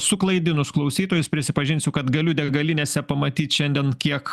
suklaidinus klausytojus prisipažinsiu kad galiu degalinėse pamatyt šiandien kiek